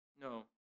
No